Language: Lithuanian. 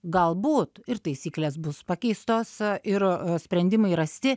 galbūt ir taisyklės bus pakeistos ir sprendimai rasti